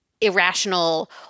irrational